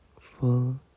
full